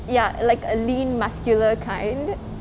ya like a lean muscular kind